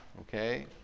okay